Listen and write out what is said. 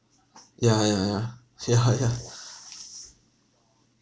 ya ya yeah ya yeah